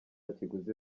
kiguzi